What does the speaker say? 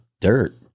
dirt